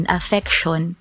affection